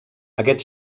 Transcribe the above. aquest